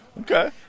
Okay